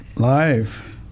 live